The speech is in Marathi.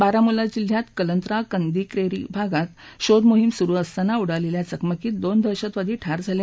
बारामुल्ला जिल्ह्यात कलंत्रा कंदी क्रेरी भागात शोध मोहिम सुरु असताना उडालेल्या चकमकीत दोन दहशतवादी ठार झाले